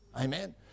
Amen